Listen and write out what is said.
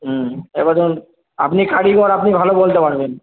হুম এবার ধরুন আপনি কারিগর আপনি ভালো বলতে পারবেন